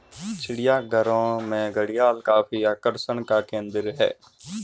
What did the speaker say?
चिड़ियाघरों में घड़ियाल काफी आकर्षण का केंद्र है